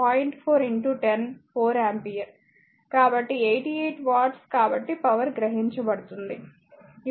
కాబట్టి 88 వాట్స్ కాబట్టి పవర్ గ్రహించబడుతుంది